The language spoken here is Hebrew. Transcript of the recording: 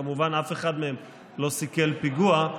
כמובן, אף אחד מהם לא סיכל פיגוע,